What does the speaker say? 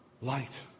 light